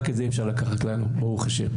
רק את זה אי אפשר לקחת לנו ברוך השם.